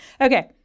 Okay